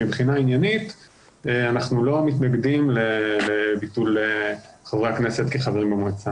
מבחינה עניינית אנחנו לא מתנגדים לביטול חברי הכנסת כחברי במועצה.